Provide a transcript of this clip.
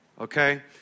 Okay